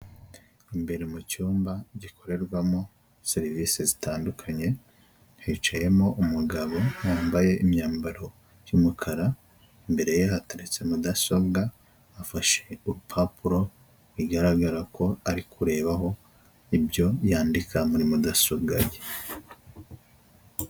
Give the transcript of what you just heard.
Imbere mu cyumba gikorerwamo serivisi zitandukanye, hicayemo umugabo wambaye imyambaro y'umukara, imbere ye hateretse mudasobwa, afashe urupapuro bigaragara ko ari kurebaho ibyo yandika muri mudasobwa ye.